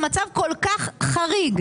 במצב כל כך חריג.